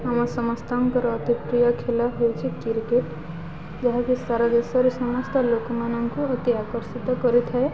ଆମ ସମସ୍ତଙ୍କର ଅତି ପ୍ରିୟ ଖେଳ ହେଉଛି କ୍ରିକେଟ୍ ଯାହାକି ସାରା ଦେଶରେ ସମସ୍ତ ଲୋକମାନଙ୍କୁ ଅତି ଆକର୍ଷିତ କରିଥାଏ